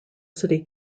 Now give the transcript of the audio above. city